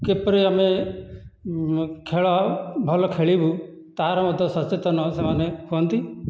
କିପରି ଆମେ ଖେଳ ଭଲ ଖେଳିବୁ ତାହାର ମଧ୍ୟ ସଚେତନ ସେମାନେ ହୁଅନ୍ତି